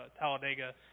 Talladega